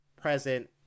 present